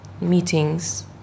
meetings